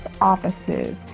offices